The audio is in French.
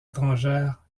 étrangères